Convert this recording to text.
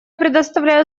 предоставляю